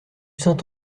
saint